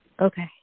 Okay